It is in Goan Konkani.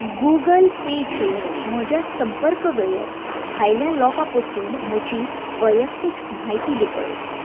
गूगल पेचेर म्हज्या संपर्क वेळेर भायल्या लोकां पसून म्हजी वैयक्तीक म्हायती लिपय